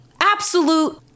absolute